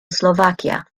slovakia